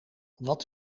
wat